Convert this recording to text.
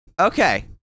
Okay